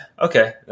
okay